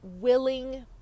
willing